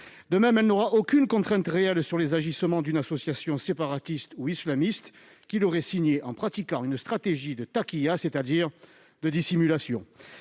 De même, elle n'aura aucune contrainte réelle sur les agissements d'une association séparatiste ou islamiste qui l'aurait signée en pratiquant une stratégie de, c'est-à-dire de dissimulation.